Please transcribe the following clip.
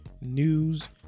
news